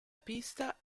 pista